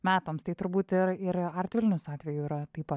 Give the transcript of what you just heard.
metams tai turbūt ir ir art vilnius atveju yra taip pat